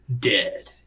dead